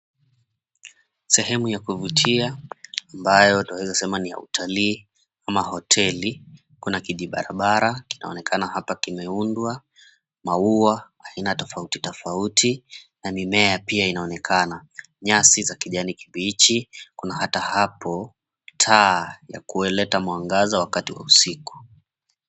Sehemu ya kuvutia, ambayo tunaweza sema ni ya utalii ama hoteli kuna kijibarabara kinaonekana hapa kimeundwa. Maua aina tofauti tofauti na mimea pia inaonekana. Nyasi za kijani kibichi, kuna ata hapo taa ya kuleta mwangaza wakati wa usiku.